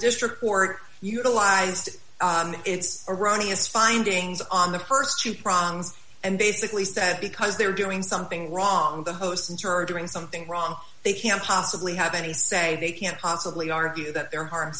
district court utilized its erroneous findings on the st two prongs and basically said because they were doing something wrong the host inter doing something wrong they can't possibly have any say they can't possibly argue that their heart